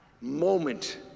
moment